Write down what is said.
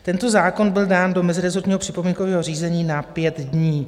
Tento zákon byl dán do mezirezortního připomínkového řízení na 5 dní.